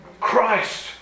Christ